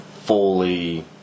fully